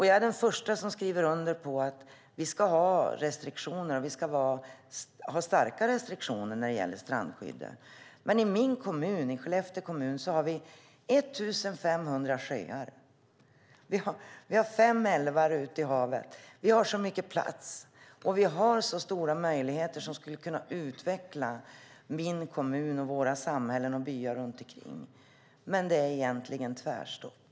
Jag är den första att skriva under på att vi ska ha hårda restriktioner när det gäller strandskyddet, men i min hemkommun Skellefteå har vi 1 500 sjöar och fem älvar som rinner ut i havet. Vi har mycket plats, vilket borde ge stora möjligheter att utveckla kommunen, liksom samhällena och byarna runt omkring, men det är tvärstopp.